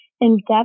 in-depth